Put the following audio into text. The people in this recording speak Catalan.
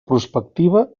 prospectiva